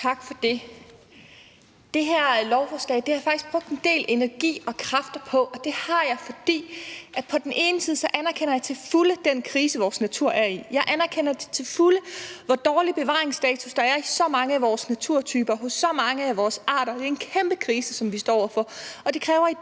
Tak for det. Det her lovforslag har jeg faktisk brugt en del energi og kræfter på. På den ene side anerkender jeg til fulde den krise, vores natur er i, og jeg anerkender til fulde, hvor dårlig bevaringsstatus der er i så mange af vores naturtyper hos så mange af vores arter. Det er en kæmpe krise, som vi står over for, og det kræver i den